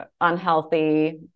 unhealthy